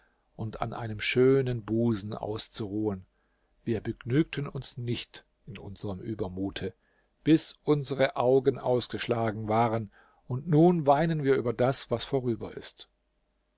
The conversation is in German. und an einem schönen busen auszuruhen wir begnügten uns nicht in unserem übermute bis unsere augen ausgeschlagen waren und nun weinen wir über das was vorüber ist